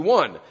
one